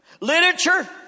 Literature